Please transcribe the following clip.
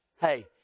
Hey